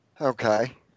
Okay